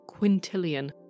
quintillion